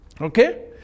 Okay